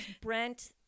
Brent